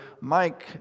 Mike